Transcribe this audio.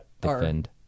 defend